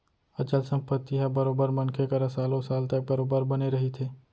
अचल संपत्ति ह बरोबर मनखे करा सालो साल तक बरोबर बने रहिथे